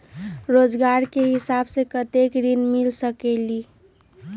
रोजगार के हिसाब से कतेक ऋण मिल सकेलि?